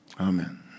Amen